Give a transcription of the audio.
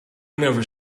never